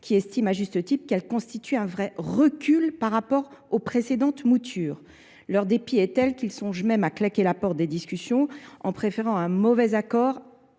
qui estime à juste type qu'elle constitue un vrai recul par rapport aux précédentes moutures. Leur dépit est tel qu'ils songent même à claquer la porte des discussions en préférant un mauvais accord.